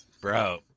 Bro